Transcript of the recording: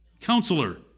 counselor